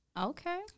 Okay